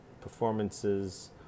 performances